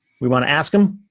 we wanna ask him?